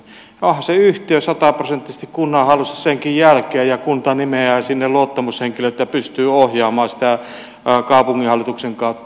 onhan se yhtiö sataprosenttisesti kunnan hallussa senkin jälkeen ja kunta nimeää sinne luottamushenkilöt ja pystyy ohjaamaan sitä kaupunginhallituksen kautta